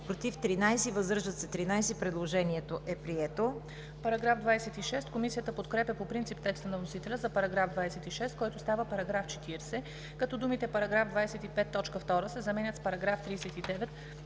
против 33, въздържал се 1. Предложението е прието.